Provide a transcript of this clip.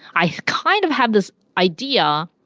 i kind of have this idea,